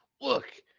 look